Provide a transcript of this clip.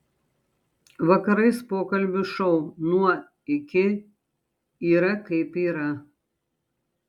vakarais pokalbių šou nuo iki yra kaip yra